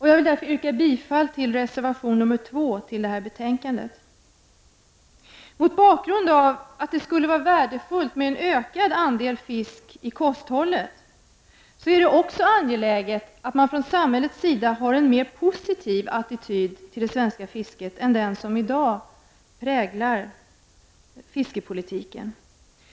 Jag vill därför yrka bifall till reservation 2 till det här betänkandet. Mot bakgrund av att det skulle vara värdefullt med en ökad andel fisk i kosthållet är det också angeläget att man från samhällets sida har en mer positiv attityd till det svenska fis! t än den som i dag präglar fiskepolitiken.